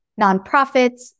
nonprofits